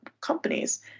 companies